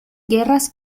guerras